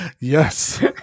Yes